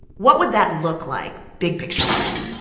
what would that look like, big-picture-wise?